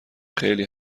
خیلی